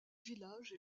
village